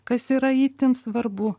kas yra itin svarbu